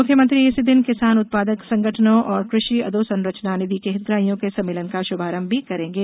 मुख्यमंत्री इसी दिन किसान उत्पादक संगठनों एवं कृषि अधोसंरचना निधि के हितग्राहियों के सम्मेलन का शुभारंभ भी करेंगे